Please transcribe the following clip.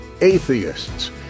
atheists